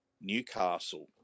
Newcastle